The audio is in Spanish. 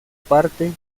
parte